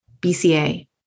BCA